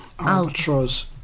Albatross